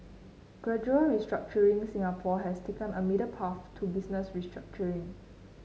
gradual restructuring Singapore has taken a middle path to business restructuring